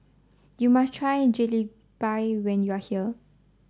you must try Jalebi when you are here